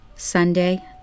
Sunday